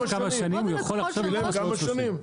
שילם כמה שנים?